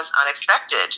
unexpected